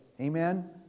Amen